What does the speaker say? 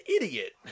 idiot